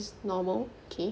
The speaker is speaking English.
is normal okay